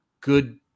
good